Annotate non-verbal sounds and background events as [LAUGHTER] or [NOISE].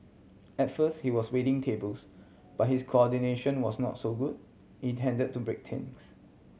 at first he was waiting tables but his coordination was not so good [UNINTELLIGIBLE] tend to break [UNINTELLIGIBLE]